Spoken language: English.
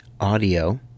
audio